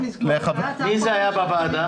מי היה בוועדה?